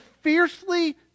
fiercely